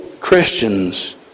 Christians